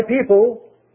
people